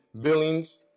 Billings